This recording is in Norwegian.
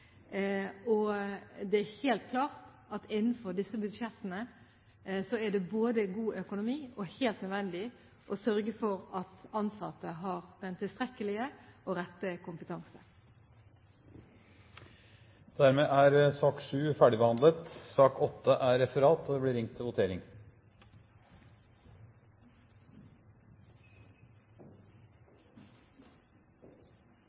Det er helt klart at innenfor disse budsjettene er det god økonomi, og helt nødvendig å sørge for at ansatte har den tilstrekkelige og rette kompetanse. Dermed er sak nr. 7 ferdigbehandlet. Etter at det var ringt til votering, uttalte Før Stortinget går til votering,